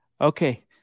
Okay